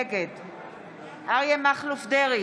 נגד אריה מכלוף דרעי,